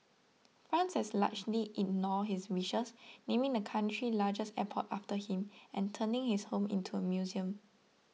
France has largely ignored his wishes naming the country's largest airport after him and turning his home into a museum